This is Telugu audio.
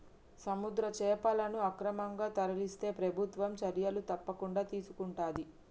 సముద్ర చేపలను అక్రమంగా తరలిస్తే ప్రభుత్వం చర్యలు తప్పకుండా తీసుకొంటది